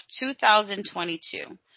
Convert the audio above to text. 2022